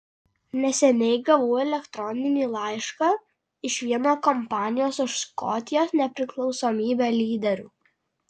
neseniai gavau elektroninį laišką iš vieno kampanijos už škotijos nepriklausomybę lyderių